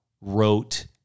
wrote